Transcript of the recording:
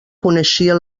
coneixia